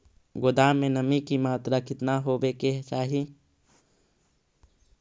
गोदाम मे नमी की मात्रा कितना होबे के चाही?